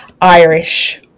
Irish